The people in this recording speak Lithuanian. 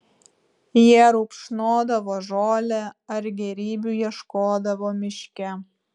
jie rupšnodavo žolę ar gėrybių ieškodavo miške